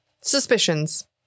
Suspicions